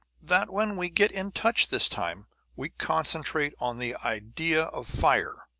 that when we get in touch this time we concentrate on the idea of fire.